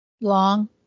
Long